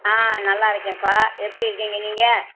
ஆ நல்லா இருக்கேன்ப்பா எப்படி இருக்கீங்க நீங்கள்